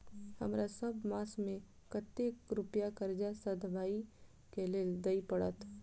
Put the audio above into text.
हमरा सब मास मे कतेक रुपया कर्जा सधाबई केँ लेल दइ पड़त?